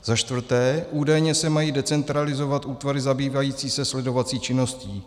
Za čtvrté: Údajně se mají decentralizovat útvary zabývající se sledovací činností.